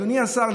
אדוני השר,